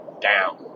down